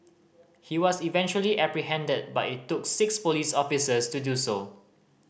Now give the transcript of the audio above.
he was eventually apprehended but it took six police officers to do so